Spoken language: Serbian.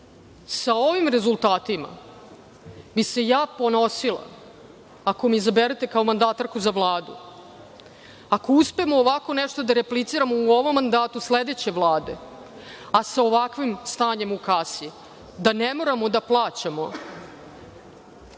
Sa ovim rezultatima bi se ja ponosila ako me izaberete za mandatarku za Vladu, ako uspemo ovako nešto da repliciramo u ovom mandatu sledeće Vlade, a sa ovakvim stanjem u kasi, da ne moramo da plaćamo